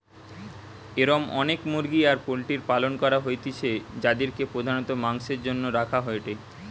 এরম অনেক মুরগি আর পোল্ট্রির পালন করা হইতিছে যাদিরকে প্রধানত মাংসের জন্য রাখা হয়েটে